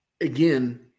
again